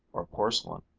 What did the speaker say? or porcelain.